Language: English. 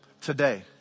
today